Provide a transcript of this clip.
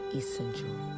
essential